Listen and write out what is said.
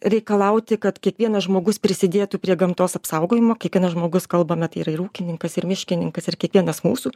reikalauti kad kiekvienas žmogus prisidėtų prie gamtos apsaugojimo kiekvienas žmogus kalbame tai yra ir ūkininkas ir miškininkas ir kiekvienas mūsų